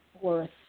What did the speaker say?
worth